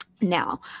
Now